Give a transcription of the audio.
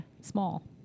small